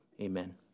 Amen